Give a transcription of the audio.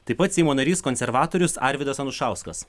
taip pat seimo narys konservatorius arvydas anušauskas